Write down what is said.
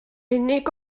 unig